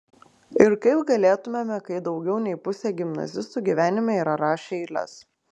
ir kaip galėtumėme kai daugiau nei pusė gimnazistų gyvenime yra rašę eiles